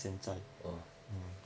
!wah!